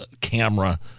camera